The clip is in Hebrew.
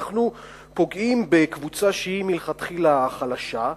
אנחנו פוגעים בקבוצה שהיא מלכתחילה חלשה,